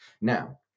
now